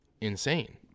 insane